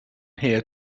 here